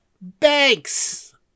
banks